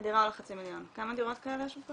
הדירה עולה חצי מיליון, כמה דירות כאלה יש?